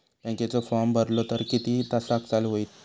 बँकेचो फार्म भरलो तर किती तासाक चालू होईत?